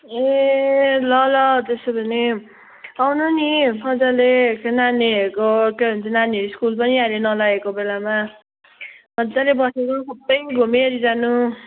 ए ल ल त्यसो भने आउनु नि मजाले नानीहरूको के भन्छ नानीहरू स्कुल पनि अहिले नलागेको बेलामा मजाले बसेर सबै घुमिओरि जानु